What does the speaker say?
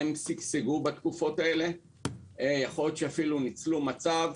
שגשגו בתקופות האלה, יכול להיות שאפילו ניצלו מצב.